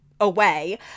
away